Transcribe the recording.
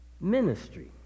Ministry